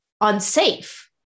unsafe